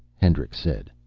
hendricks said.